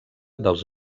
dels